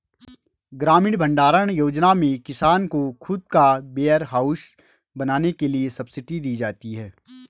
ग्रामीण भण्डारण योजना में किसान को खुद का वेयरहाउस बनाने के लिए सब्सिडी दी जाती है